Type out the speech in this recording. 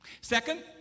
second